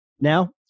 Now